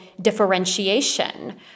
differentiation